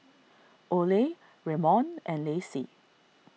Ole Raymon and Lacey